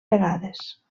vegades